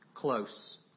Close